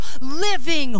living